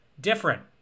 Different